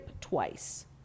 twice